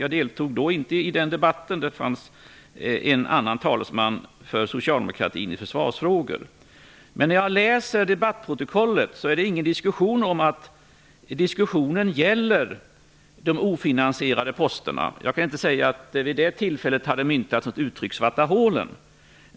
Jag deltog inte i den debatten. Socialdemokratin hade då en annan talesman i försvarsfrågor. Men jag har läst debattprotokollet och det råder inga tvivel om att diskussionen gäller de ofinansierade posterna. Jag kan inte säga om man vid det tillfället hade myntat uttrycket "svarta hål".